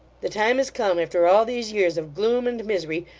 the time has come, after all these years of gloom and misery,